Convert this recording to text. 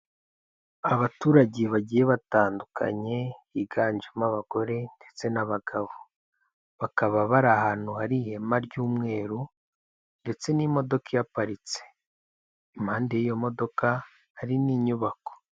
Abaturage bagiye batandukanye, higanjemo abagore ndetse n'abagabo, bakaba bari ahantu hari ihema ry'umweru ndetse n'imodoka ihaparitse, impande y'iyo modoka hari n'inyubako.